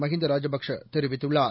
மஹிந்தராஜபக்சேதெரிவித்துள்ளார்